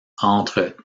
entre